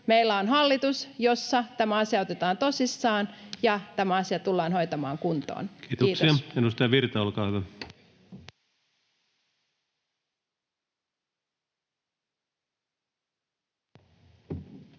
meillä on hallitus, jossa tämä asia otetaan tosissaan ja tämä asia tullaan hoitamaan kuntoon. [Speech 150]